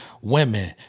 women